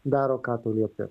daro ką tu liepi